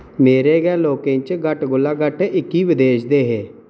मेरे गै लोकें च घट्ट कोला घट्ट इक्की बदेश दे हे